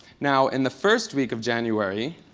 now, in the first week of january,